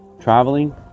traveling